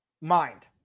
mind